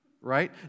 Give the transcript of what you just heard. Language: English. Right